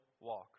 walk